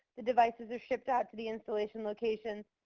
the devices are shipped out to the installation location.